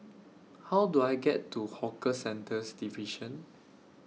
How Do I get to Hawker Centres Division